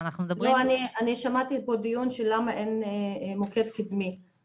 אני שמעתי פה בדיון שאלות על למה אין מוקד קדמי,